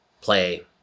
play